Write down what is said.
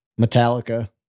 Metallica